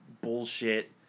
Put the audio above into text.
bullshit